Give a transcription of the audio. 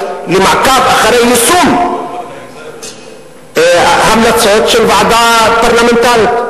למעקב אחר יישום המלצות של ועדה פרלמנטרית,